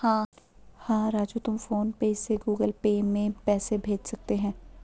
हां राजू तुम PhonePe से गुगल पे में पैसे भेज सकते हैं